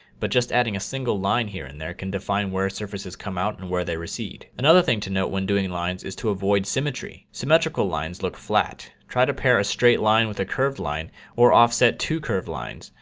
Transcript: but just adding a single line here and there can define where surfaces come out and where they recede. another thing to note when doing lines is to avoid symmetry. symmetrical lines look flat. try to pair a straight line with a curved line or offset two curved lines.